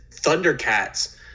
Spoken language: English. thundercats